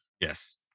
yes